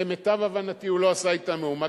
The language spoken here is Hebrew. למיטב הבנתי הוא לא עשה אתן מאומה.